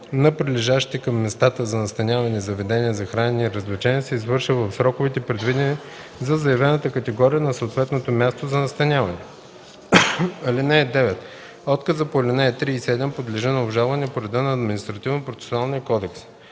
на прилежащите към местата за настаняване заведения за хранене и развлечения се извършва в сроковете, предвидени за заявената категория на съответното място за настаняване. (9) Отказът по ал. 3 и 7 подлежи на обжалване по реда на